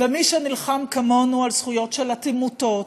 מי שנלחם כמונו על זכויות של העמותות,